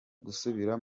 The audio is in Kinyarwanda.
gusubira